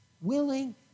willing